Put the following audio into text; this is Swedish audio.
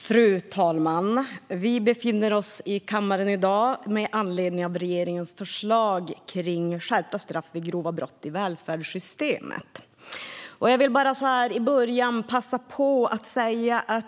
Fru talman! Vi befinner oss i kammaren med anledning av regeringens förslag om skärpta straff vid grova brott i välfärdssystemet.